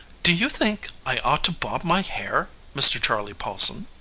do you think i ought to bob my hair, mr. charley paulson?